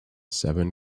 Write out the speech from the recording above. seven